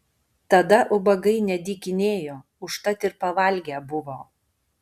tada ubagai nedykinėjo užtat ir pavalgę buvo